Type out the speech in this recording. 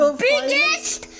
biggest